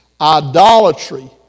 idolatry